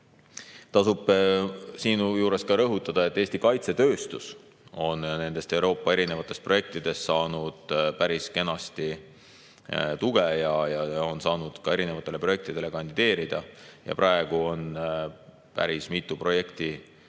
tulemas. Siinjuures tasub rõhutada, et Eesti kaitsetööstus on nendest Euroopa projektidest saanud päris kenasti tuge ja on saanud ka erinevatele projektidele kandideerida. Praegugi on päris mitu projekti